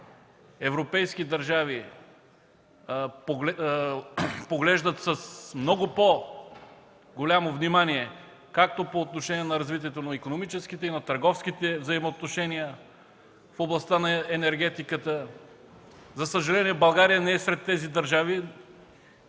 европейски държави поглеждат с много по-голямо внимание както по отношение на развитието на икономическите, така и на търговските взаимоотношения в областта на енергетиката. За съжаление, България не е сред тези държави.